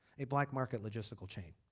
a black market logistical chain.